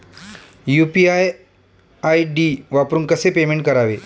UPI ID वापरून कसे payment करावे?